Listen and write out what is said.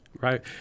Right